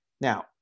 Now